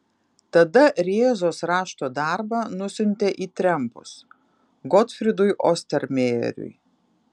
tada rėzos rašto darbą nusiuntė į trempus gotfrydui ostermejeriui